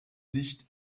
dicht